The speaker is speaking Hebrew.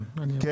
כן.